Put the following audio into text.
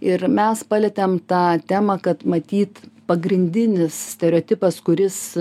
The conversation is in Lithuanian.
ir mes palietėm tą temą kad matyt pagrindinis stereotipas kuris